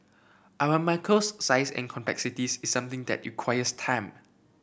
Aramco's size and complexities is something that requires time